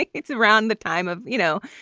like it's around the time of, you know,